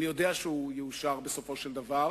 אני יודע שהוא יאושר בסופו של דבר,